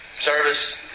Service